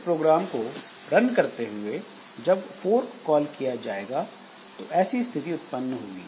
इस प्रोग्राम को रन करते हुए जब फोर्क कॉल किया जाएगा तो ऐसी स्थिति उत्पन्न होगी